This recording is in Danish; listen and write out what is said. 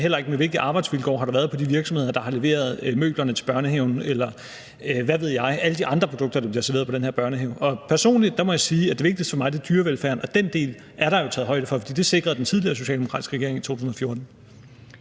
heller ikke, med hensyn til hvilke arbejdsvilkår der har været på de virksomheder, der har leveret møblerne til børnehaven, eller hvad ved jeg, og alle de andre produkter, der bliver serveret i den her børnehave. Personligt må jeg sige, at det vigtigste for mig er dyrevelfærden, og den del er der jo taget højde for. For det sikrede den tidligere socialdemokratiske regering i 2014.